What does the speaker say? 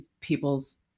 people's